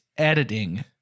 Editing